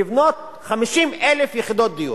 לבנות 50,000 יחידות דיור.